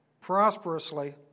prosperously